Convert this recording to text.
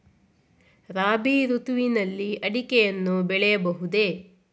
ರಾಬಿ ಋತುವಿನಲ್ಲಿ ಅಡಿಕೆಯನ್ನು ಬೆಳೆಯಬಹುದೇ?